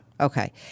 Okay